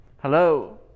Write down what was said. Hello